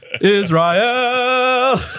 Israel